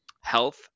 health